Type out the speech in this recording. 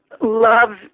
love